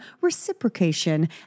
reciprocation